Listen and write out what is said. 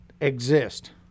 exist